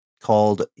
called